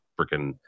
freaking